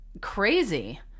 crazy